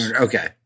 Okay